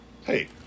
hey